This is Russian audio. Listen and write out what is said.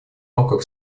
рамках